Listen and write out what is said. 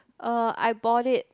uh I bought it